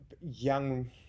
young